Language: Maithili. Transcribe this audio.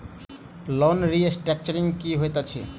लोन रीस्ट्रक्चरिंग की होइत अछि?